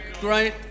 great